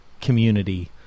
community